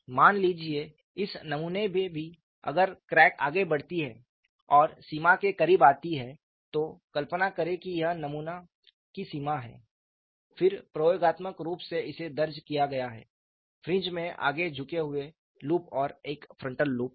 मान लीजिए इस नमूने में भी अगर क्रैक आगे बढ़ती है और सीमा के करीब आती है तो कल्पना करें कि यह नमूने की सीमा है फिर प्रयोगात्मक रूप से इसे दर्ज किया गया है फ्रिंज में आगे झुके हुए लूप और एक फ्रंट लूप है